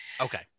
Okay